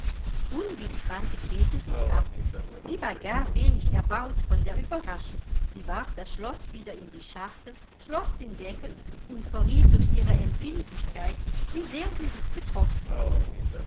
unwillig wandte grete sich ab sie war gar wenig erbaut von der ueberraschung sie warf das schloß wieder in die schachtel schloß den deckel und verriet durch ihre empfindlichkeit wie sehr sie sich getroffen fühlte